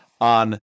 on